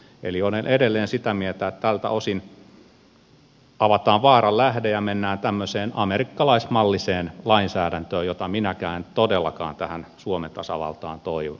eli olen edelleen sitä mieltä että tältä osin avataan vaaran lähde ja mennään tämmöiseen amerikkalaismalliseen lainsäädäntöön jota minäkään en todellakaan tähän suomen tasavaltaan toivo